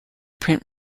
print